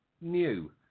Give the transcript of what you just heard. new